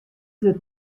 wurdt